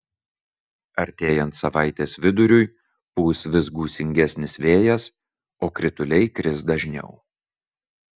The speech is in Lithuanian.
artėjant savaitės viduriui pūs vis gūsingesnis vėjas o krituliai kris dažniau